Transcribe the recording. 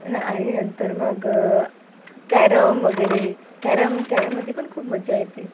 न आणि नंतर मग कॅरम वगैरे कॅरम कॅरममध्ये पण खूप मज्जा येते